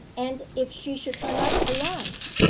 and if she should turn up alive?